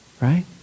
right